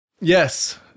Yes